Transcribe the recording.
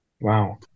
Wow